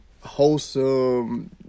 wholesome